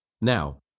Now